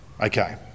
Okay